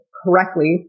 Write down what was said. correctly